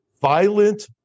violent